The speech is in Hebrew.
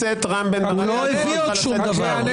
הוא לא הביא עוד שום דבר.